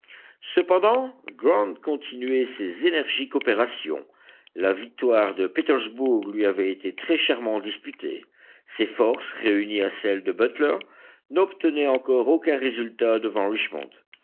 cependant grant continuait ses énergiques opérations la victoire de petersburg lui avait été très chèrement disputée ses forces réunies à celles de butler n'obtenaient encore aucun résultat devant richmond